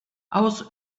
aus